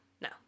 No